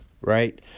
Right